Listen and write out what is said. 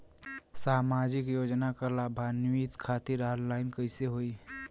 सामाजिक योजना क लाभान्वित खातिर ऑनलाइन कईसे होई?